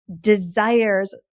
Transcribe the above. desires